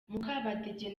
mukabadege